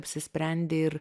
apsisprendė ir